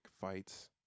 fights